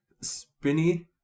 spinny